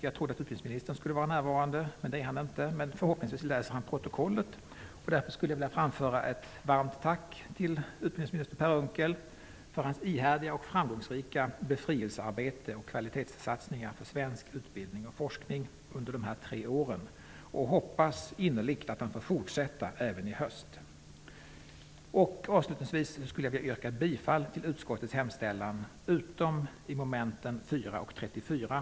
Jag trodde att utbildningsministern skulle vara närvarande, men det är han inte. Förhoppningsvis läser han protokollet, och därför skulle jag vilja framföra ett varmt tack till utbildningsminister Per Unckel för hans ihärdiga och framgångsrika befrielsearbete samt för kvalitetssatsningarna på svensk utbildning och forskning under de här tre åren. Jag hoppas innerligt att han får fortsätta även i höst. Avslutningsvis vill jag yrka bifall till utskottets hemställan utom under mom. 4 och 34.